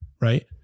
right